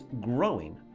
growing